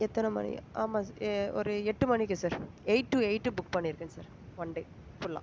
எத்தனை மணி ஆமாம் சார் ஒரு எட்டு மணிக்கு sir eight to eight book பண்ணியிருக்கேன் சார் ஒன் டே ஃபுல்லாக